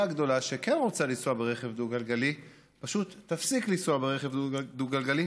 הגדולה שכן רוצה לנסוע ברכב דו-גלגלי פשוט תפסיק לנסוע ברכב דו-גלגלי